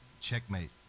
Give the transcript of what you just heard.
Checkmate